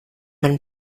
man